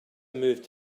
moved